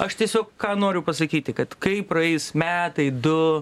aš tiesiog ką noriu pasakyti kad kai praeis metai du